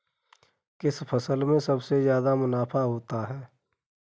किस फसल में सबसे जादा मुनाफा होता है?